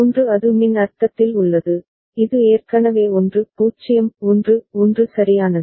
ஒன்று அது மின் அர்த்தத்தில் உள்ளது இது ஏற்கனவே 1 0 1 1 சரியானது